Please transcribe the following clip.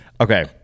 Okay